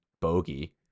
bogey